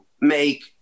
make